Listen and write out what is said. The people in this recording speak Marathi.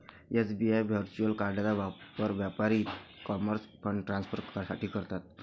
एस.बी.आय व्हर्च्युअल कार्डचा वापर व्यापारी ई कॉमर्स फंड ट्रान्सफर साठी करतात